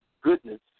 goodness